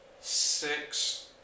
Six